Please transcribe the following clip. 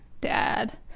dad